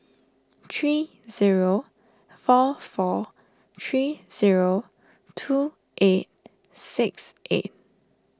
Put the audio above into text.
three zero four four three zero two eight six eight